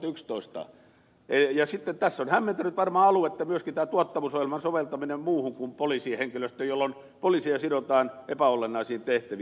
sitten tässä on hämmentänyt varmaan aluetta myöskin tämä tuottavuusohjelman soveltaminen muuhun kuin poliisin henkilöstöön jolloin poliiseja sidotaan epäolennaisiin tehtäviin